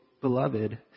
beloved